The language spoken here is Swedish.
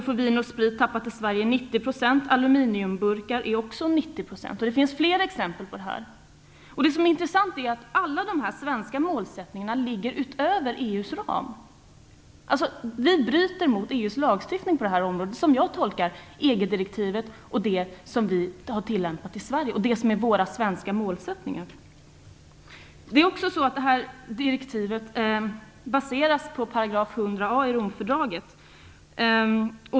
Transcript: Sverige skall återvinnas. För aluminiumburkar gäller också 90 %. Det finns flera exempel på detta. Det som är intressant är att alla dessa svenska målsättningar ligger utöver EU:s ram. Som jag tolkar EG-direktivet, vår tillämpning i Sverige och våra svenska målsättningar bryter vi mot EU:s lagstiftning på detta område.